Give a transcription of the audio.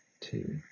two